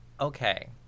Okay